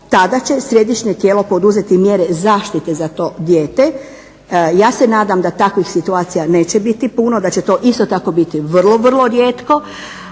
tada će središnje tijelo poduzeti mjere zaštite za to dijete. Ja se nadam da takvih situacija neće biti puno, da će to isto tako biti vrlo, vrlo rijetko,